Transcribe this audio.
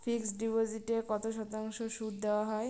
Fixed ডিপোজিটে কত শতাংশ সুদ দেওয়া হয়?